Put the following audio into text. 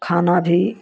खाना भी